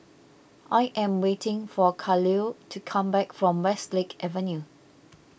I am waiting for Kahlil to come back from Westlake Avenue